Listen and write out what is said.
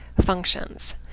functions